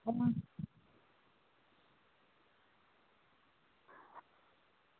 अं